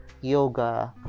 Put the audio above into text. yoga